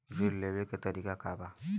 ऋण लेवे के तरीका का बा?